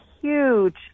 huge